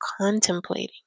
contemplating